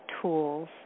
tools